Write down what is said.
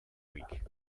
week